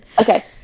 Okay